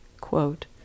quote